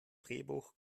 drehbuch